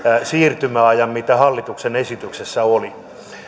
siirtymäajan kuin mikä hallituksen esityksessä oli